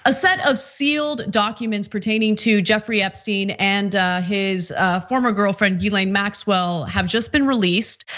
a set of sealed documents pertaining to jeffrey epstein and his former girlfriend, elaine maxwell have just been released.